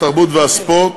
התרבות והספורט,